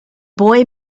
boy